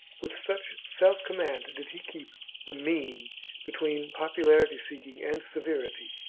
with such self-command did he keep the mean between popularity-seeking and severity.